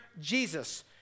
Jesus